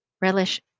Relish